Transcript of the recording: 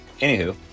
Anywho